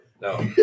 No